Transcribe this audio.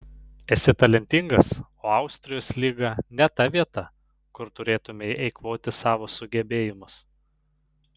esi talentingas o austrijos lyga ne ta vieta kur turėtumei eikvoti savo sugebėjimus